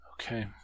okay